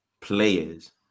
players